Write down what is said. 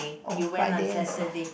on Friday and sa~